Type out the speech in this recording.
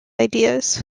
ideas